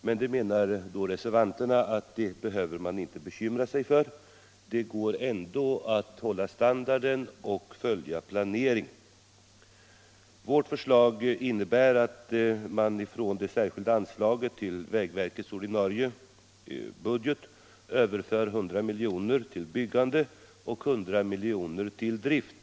Men det menar reservanterna att man inte behöver bekymra sig för — det går ändå att hålla standarden och följa planeringen. Vårt förslag innebär att man från det särskilda anslaget till vägverkets ordinarie budget överför 100 miljoner till byggande och 100 miljoner för drift.